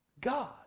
God